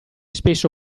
spesso